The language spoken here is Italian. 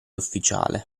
ufficiale